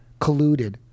colluded